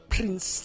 Prince